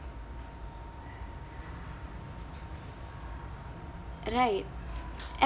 right